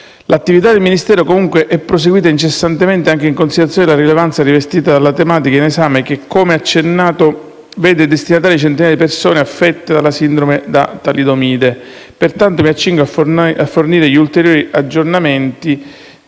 L'attività del Ministero, comunque, è proseguita incessantemente, anche in considerazione della rilevanza rivestita dalla tematica in esame che, come accennato, vede destinatari centinaia di persone affette dalla sindrome da talidomide. Pertanto, mi accingo a fornire gli ulteriori aggiornamenti